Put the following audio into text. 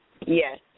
Yes